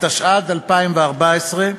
התשע"ד 2014,